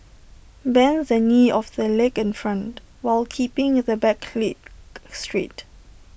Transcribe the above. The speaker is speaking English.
bend the knee of the leg in front while keeping the back leg straight